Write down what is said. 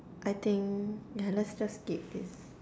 I think yeah let's just skip this